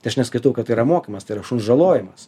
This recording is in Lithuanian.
tai aš neskaitau kad tai yra mokymas tai yra šuns žalojimas